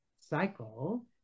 cycle